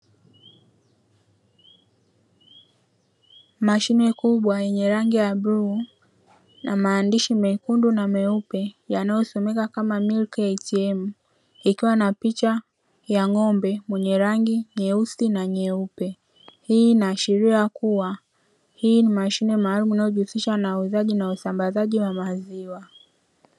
Mashine kubwa yenye rangi ya bluu na maandishi mekundu na meupe yanayosomeka kama "milk atm", ikiwa na picha ya ng'ombe mwenye rangi nyeusi na nyeupe, hii inaashiria kuwa hii ni mashine maalumu inayojihusisha na uuzaji na usambazaji wa maziwa.